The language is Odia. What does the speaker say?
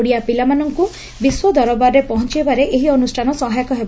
ଓଡିଆ ପିଲାମାନଙ୍କୁ ବିଶ୍ୱ ଦରବାରରେ ପହଞାଇବାରେ ଏହି ଅନୁଷ୍ଠାନ ସହାୟକ ହେବ